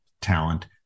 talent